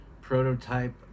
prototype